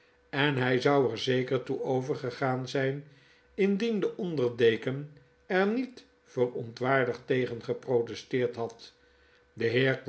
en hij zou er zeker toe overgegaan zijn indien de onder deken er niet verontwaardigd tegen geprotesteerd had de